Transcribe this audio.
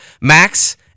Max